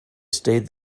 stayed